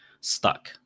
stuck